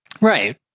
Right